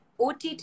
OTT